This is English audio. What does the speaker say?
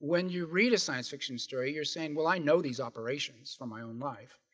when you read a science fiction story you're saying well i know these operations from my own life,